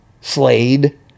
Slade